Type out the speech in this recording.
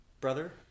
Brother